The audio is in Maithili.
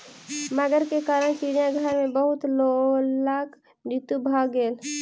मगर के कारण चिड़ियाघर में बहुत लोकक मृत्यु भ गेल